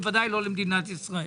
בוודאי לא למדינת ישראל.